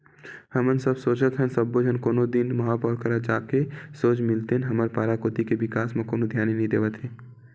हमन सब सोचत हन सब्बो झन कोनो दिन महापौर करा जाके सोझ मिलतेन हमर पारा कोती के बिकास म कोनो धियाने नइ देवत हे